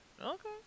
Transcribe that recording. okay